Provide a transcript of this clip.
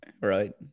right